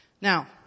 Now